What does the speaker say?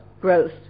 growth